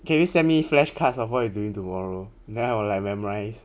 can you send me flashcards of what you doing tomorrow then I will like memorize